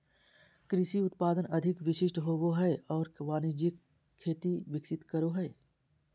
कृषि उत्पादन अधिक विशिष्ट होबो हइ और वाणिज्यिक खेती विकसित करो हइ